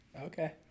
okay